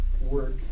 work